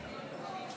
חוק